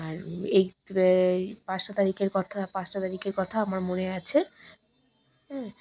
আর এই পাঁচটা তারিখের কথা পাঁচটা তারিখের কথা আমার মনে আছে হুম